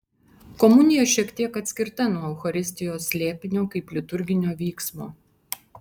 komunija šiek tiek atskirta nuo eucharistijos slėpinio kaip liturginio vyksmo